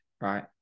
right